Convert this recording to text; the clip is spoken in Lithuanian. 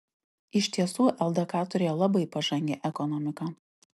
iš tiesų ldk turėjo labai pažangią ekonomiką